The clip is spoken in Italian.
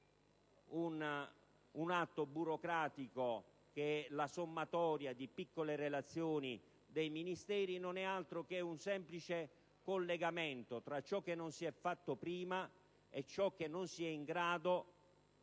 un atto burocratico che è la sommatoria di piccole relazioni dei Ministeri. In realtà non è altro che un semplice collegamento tra ciò che non si è fatto prima e ciò che non si è in grado,